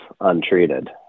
untreated